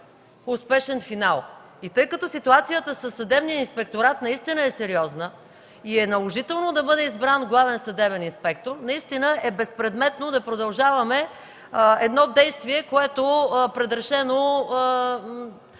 успешен финал. Тъй като ситуацията със Съдебния инспекторат наистина е сериозна и е наложително да бъде избран главен съдебен инспектор, е безпредметно да продължаваме едно действие, което е предрешено